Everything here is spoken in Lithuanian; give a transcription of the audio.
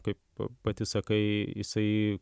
kaip pati sakai jisai